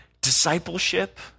Discipleship